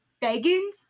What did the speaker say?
begging